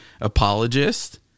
apologist